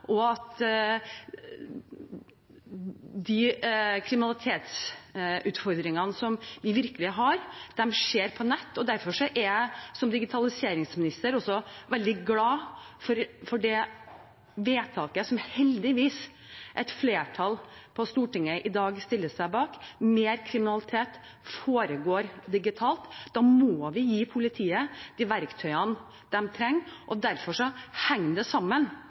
De kriminalitetsutfordringene vi virkelig har, skjer på nett, og derfor er jeg som digitaliseringsminister også veldig glad for det vedtaket som et flertall på Stortinget i dag heldigvis stiller seg bak. Mer kriminalitet foregår digitalt. Da må vi gi politiet de verktøyene de trenger. Derfor henger det sammen